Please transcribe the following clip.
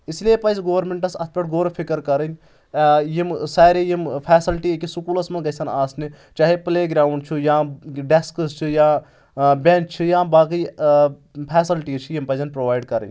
اس لیے پزِ گورمنٹس اتھ پؠٹھ غور فِکر کَرٕنۍ یِم سارے یِم فیسَلٹی أکِس سکوٗلس منٛز گژھن آسنہِ چاہے پٕلے گراوُنٛڈ چھُ یا ڈیسکٕز چھِ یا بؠنٛچ چھِ یا باقٕے فیسَلٹیٖز چھِ یِم پزن پرٛووایڈ کَرٕنۍ